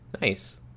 nice